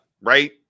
Right